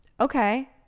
okay